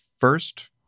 first